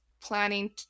planning